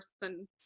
person